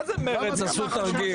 מה זה מרצ עשו תרגיל?